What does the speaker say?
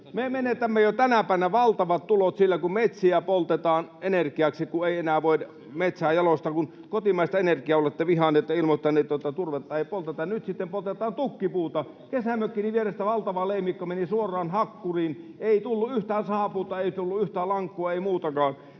Me menetämme jo tänä päivänä valtavat tulot sillä, kun metsiä poltetaan energiaksi, kun ei enää voida metsää jalostaa, kun kotimaista energiaa olette vihanneet ja ilmoittaneet, että turvetta ei polteta. Nyt sitten poltetaan tukkipuuta. Kesämökkini vierestä valtava leimikko meni suoraan hakkuriin. Ei tullut yhtään sahapuuta, ei tullut yhtään lankkua, ei muutakaan.